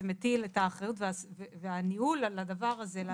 זה מטיל את האחריות והניהול על הדבר הזה.